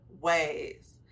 ways